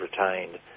retained